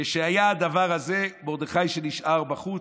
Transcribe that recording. כשהיה הדבר הזה, מרדכי, שנשאר בחוץ,